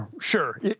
Sure